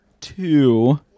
two